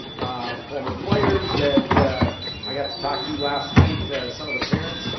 former players that i got to talk to last night. some of the parents,